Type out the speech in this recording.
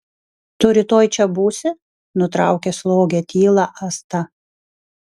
tu rytoj čia būsi nutraukė slogią tylą asta